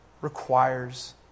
requires